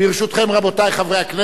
רבותי חברי הכנסת,